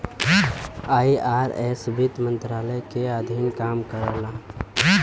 IRS वित्त मंत्रालय के अधीन काम करला